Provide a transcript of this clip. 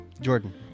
Jordan